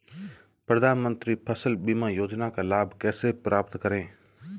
प्रधानमंत्री फसल बीमा योजना का लाभ कैसे प्राप्त करें?